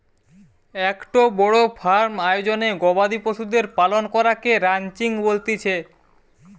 একটো বড় ফার্ম আয়োজনে গবাদি পশুদের পালন করাকে রানচিং বলতিছে